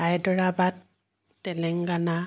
Hyderabad Telangana